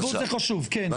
הכול בסדר, תרבות זה חשוב, כן.